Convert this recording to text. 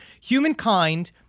Humankind